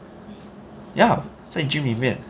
ya 在 gym 里面